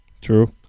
True